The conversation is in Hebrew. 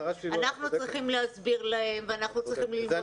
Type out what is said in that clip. אנחנו צריכים להסביר להם ואנחנו צריכים ללמוד